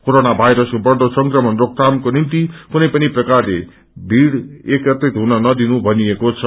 corona वायरसको बढ़दो संक्रमण रोकथामको निम्ति कुनै पनि प्रकारले भीड़ एकत्रित हुननदिनु भनिएको छ